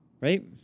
Right